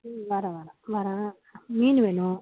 ம் வரேன் வரேன் வரேன் மீன் வேணும்